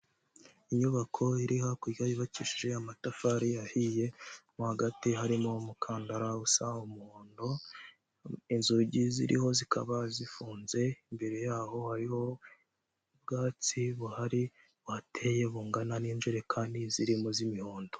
Inyubako iri hakurya yubakishije amatafari ahiye, mo hagati harimo umukandara usa umuhondo, inzugi ziriho zikaba zifunze, imbere yaho hariho ubwatsi buhari buhateye, bungana n'injerekani zirimo z'imihondo.